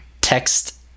text